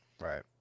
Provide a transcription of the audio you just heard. Right